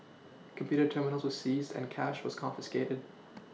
computer terminals were seized and cash was confiscated